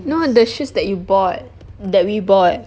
no the shoes that you bought that we bought